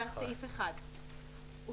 וסעיף 1 אושר.